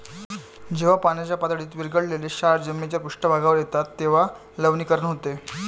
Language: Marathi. जेव्हा पाण्याच्या पातळीत विरघळलेले क्षार जमिनीच्या पृष्ठभागावर येतात तेव्हा लवणीकरण होते